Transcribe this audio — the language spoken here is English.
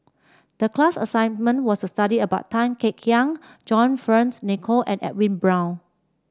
the class assignment was to study about Tan Kek Hiang John Fearns Nicoll and Edwin Brown